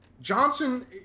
Johnson